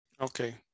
Okay